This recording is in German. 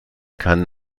kann